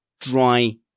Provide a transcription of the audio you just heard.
dry